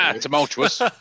tumultuous